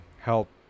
help